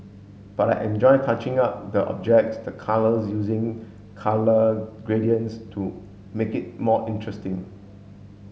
but I enjoy touching up the objects the colours using colour gradients to make it more interesting